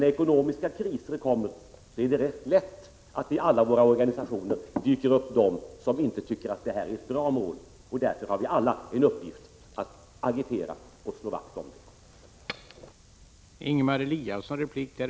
När ekonomiska kriser kommer blir det ganska lätt så att det i alla våra organisationer dyker upp personer som inte tycker att det är ett bra mål. Det är därför en uppgift för oss alla att agitera för och slå vakt om detta mål.